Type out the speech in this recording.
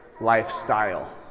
lifestyle